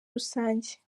rusange